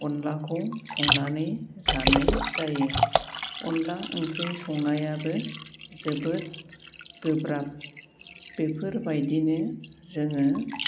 अनलाखौ संनानै जानाय जायो अनला ओंख्रि संनायाबो जोबोद गोब्राब बेफोरबायदिनो जोङो